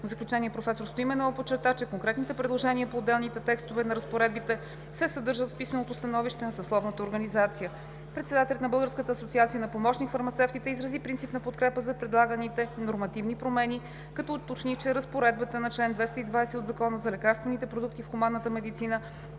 В заключение професор Стоименова подчерта, че конкретните предложения по отделните текстове на разпоредбите се съдържат в писменото становище на съсловната организация. Председателят на Българската асоциация на помощник-фармацевтите изрази принципна подкрепа за предлаганите нормативни промени, като уточни, че разпоредбата на чл. 220 от Закона за лекарствените продукти в хуманната медицина